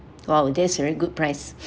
!wow! that is very good price